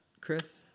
Chris